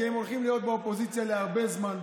כי הם הולכים להיות באופוזיציה הרבה זמן,